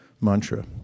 mantra